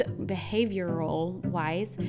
behavioral-wise